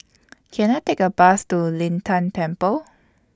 Can I Take A Bus to Lin Tan Temple